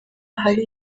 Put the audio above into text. hari